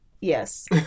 Yes